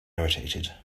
irritated